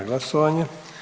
glasovanje.